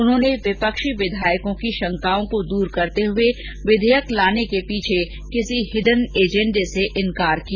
उन्होंने विपक्षी विधायकों की शंकाओं को दूर करते हुए विधेयक लाने के पीछे किसी हिडन एजेंडे से इनकार किया